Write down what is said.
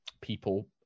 people